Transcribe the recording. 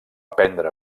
prendre